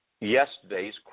yesterday's